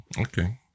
okay